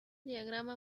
diagrama